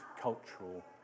cultural